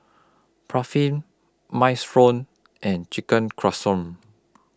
Barfi Minestrone and Chicken Casserole